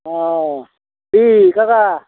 ओह खि खाखा